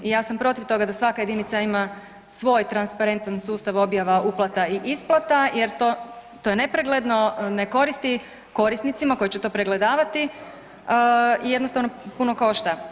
I ja sam protiv toga da svaka jedinica ima svoj transparentan sustav objava uplata i isplata, jer to je nepregledno, ne koristi korisnicima koji će to pregledavati i jednostavno puno košta.